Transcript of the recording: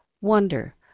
Wonder